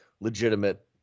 legitimate